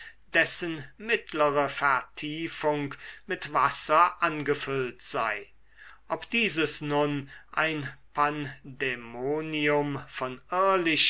dessen mittlere vertiefung mit wasser angefüllt sei ob dieses nun ein pandämonium von